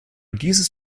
dieses